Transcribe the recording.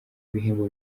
ibihembo